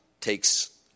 takes